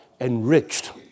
enriched